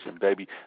baby